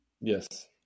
Yes